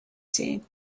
seen